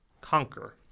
conquer